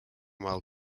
while